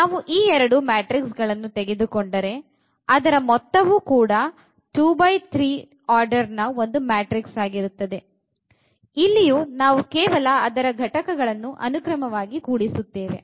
ನಾವು ಈ ಎರಡು ಮ್ಯಾಟ್ರಿಕ್ಸ್ ಗಳನ್ನು ತೆಗೆದುಕೊಂಡರೆ ಆದರೆ ಮೊತ್ತವು 2x3 ಆರ್ಡರ್ ನ ಒಂದು ಮ್ಯಾಟ್ರಿಕ್ಸ್ ಆಗಿರುತ್ತದೆ ಇಲ್ಲಿಯೂ ನಾವು ಕೇವಲ ಅದರ ಘಟಕಗಳನ್ನು ಅನುಕ್ರಮವಾಗಿ ಕೂಡಿಸುತ್ತೇವೆ